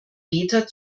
meter